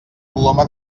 coloma